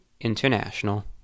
International